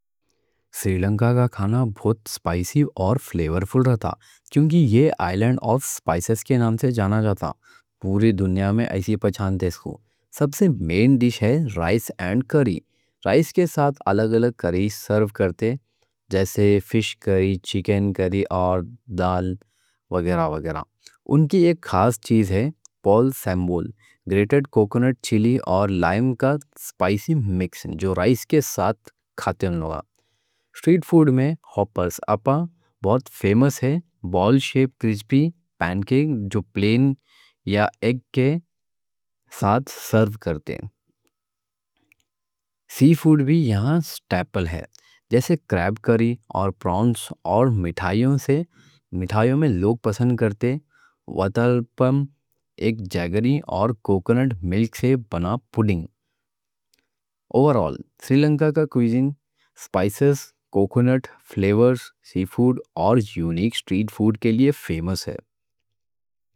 سری لنکا کا کھانا بہت سپائسی اور فلیورفُل رہتا۔ کیونکہ یہ آئی لینڈ آف سپائسز کے نام سے جانا جاتا، پوری دنیا میں ایسے پہچانتے اس کو۔ سب سے مین ڈش ہے رائس اینڈ کری۔ رائس کے ساتھ الگ الگ کری سرو کرتے، جیسے فِش کری، چکن کری اور دال وغیرہ وغیرہ۔ ان کی ایک خاص چیز ہے پول سیمبول، گریٹڈ کوکونٹ، چیلی اور لائم کا سپائسی مکس، جو رائس کے ساتھ کھاتے ہیں لوگ۔ سٹریٹ فوڈ میں ہوپرز اپّا بہت فیمس ہے، بال شیپ کرسپی پین کیک جو پلین یا ایگ کے ساتھ سرو کرتے ہیں۔ سی فوڈ بھی یہاں سٹیپل ہے، جیسے کریب کری اور پرانس۔ مٹھائیوں میں لوگ پسند کرتے وتلپّم، ایک جاگری اور کوکونٹ ملک سے بنا پُڈنگ۔ اور آخر سری لنکا کا کوزین سپائسز، کوکونٹ فلیورز، سی فوڈ اور یونیک سٹریٹ فوڈ کے لیے فیمس ہے۔